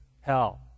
hell